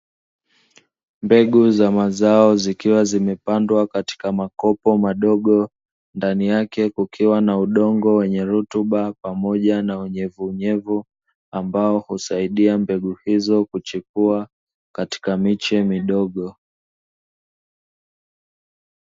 Mbegu za mazao zikiwa zimepandwa katika makopo madogo ndani yake kukiwa na udongo wenye rutuba, pamoja na unyevu unyevu ambao husaidia mbegu hizo kuchipua katika miche midogo.